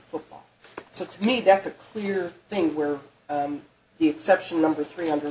football so to me that's a clear thing where the exception number three hundred